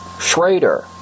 Schrader